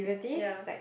ya